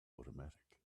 automatic